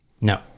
No